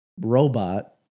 robot